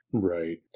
Right